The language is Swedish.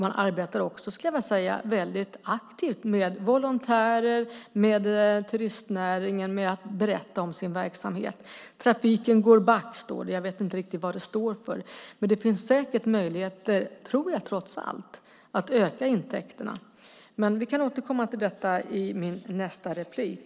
Man arbetar också väldigt aktivt, skulle jag vilja säga, med volontärer, turistnäringen och med att berätta om sin verksamhet. Trafiken går back, står det. Jag vet inte riktigt vad det står för. Det finns säkert möjligheter att öka intäkterna - det tror jag trots allt. Vi kan återkomma till detta i min nästa replik.